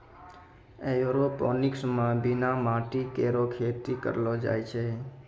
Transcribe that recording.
aeroponics म बिना माटी केरो खेती करलो जाय छै